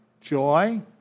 joy